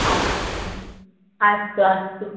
अस्तु अस्तु अस्तु